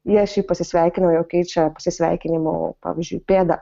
ne šiaip pasisveikina o keičia pasisveikinimu pavyzdžiui pėda